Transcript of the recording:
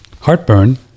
heartburn